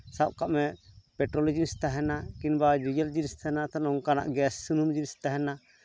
ᱥᱟᱵ ᱠᱟᱜ ᱢᱮ ᱯᱮᱴᱨᱳᱞ ᱡᱤᱱᱤᱥ ᱛᱟᱦᱮᱱᱟ ᱠᱤᱢᱵᱟ ᱰᱤᱡᱮᱞ ᱡᱤᱱᱤᱥ ᱛᱟᱦᱮᱱᱟ ᱛᱟᱦᱞᱮ ᱱᱚᱝᱠᱟᱱᱟᱜ ᱜᱮᱥ ᱥᱩᱱᱩᱢ ᱥᱩᱱᱩᱢ ᱡᱤᱱᱤᱥ ᱛᱟᱦᱮᱱᱟ